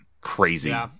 crazy